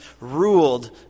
ruled